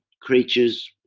creatures,